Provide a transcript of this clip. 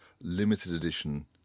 limited-edition